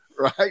right